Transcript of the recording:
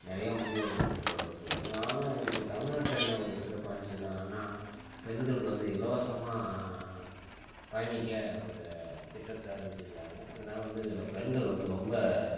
நிறைய முக்கியத்துவம் கொடுத்துட்டு வந்துகிட்ருக்காங்க ஆனால் இப்போ தமிழ்நாட்டில என்ன ஒரு சிறப்பு அமைச்சிருக்காங்கன்னால் பெண்களுக்கு வந்து இலவசமாக பயணிக்க ஒரு திட்டத்தை அறிவிச்சிருக்கிறாங்க இதனால வந்து இதில் பெண்கள் வந்து ரொம்ப